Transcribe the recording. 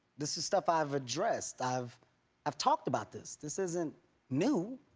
this is stuff i've addressed. i've i've talked about this. this isn't new,